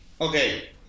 Okay